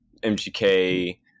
MGK